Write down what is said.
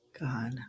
god